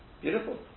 Beautiful